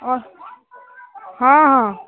ହଃ ହଁ ହଁ